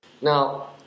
now